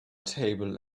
table